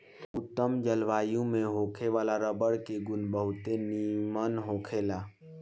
उत्तम जलवायु में होखे वाला रबर के गुण बहुते निमन होखेला